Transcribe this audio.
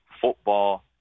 football